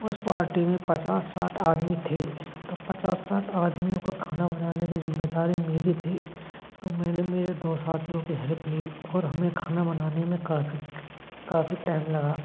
उस पार्टी में पचास साठ आदमी थे तो पचास साठ आदमियों को खाना बनाने कि जिम्मेदारी मेरी थी तो मैंने मेरे दो साथियों कि हैल्प ली और हमें खाना बनाने में काफ़ी काफी टाइम लगा